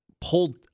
pulled